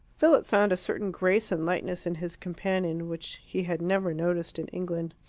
philip found a certain grace and lightness in his companion which he had never noticed in england.